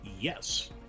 yes